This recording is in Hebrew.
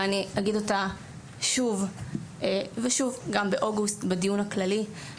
אבל אני אגיד אותה שוב ושוב גם בדיון הכללי שיהיה באוגוסט.